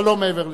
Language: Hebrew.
אבל לא מעבר לזה.